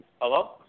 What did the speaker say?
Hello